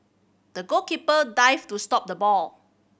the goalkeeper dived to stop the ball